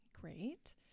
Great